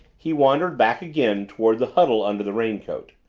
he wandered back again toward the huddle under the raincoat,